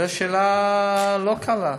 זו שאלה לא קלה.